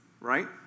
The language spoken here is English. right